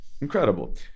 incredible